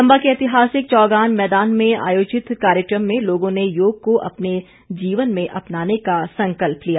चंबा के ऐतिहासिक चौगान मैदान में आयोजित कार्यक्रम में लोगों ने योग को अपने जीवन में अपनाने का संकल्प लिया